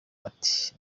ati